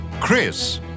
Chris